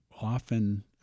often